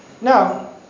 Now